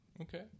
Okay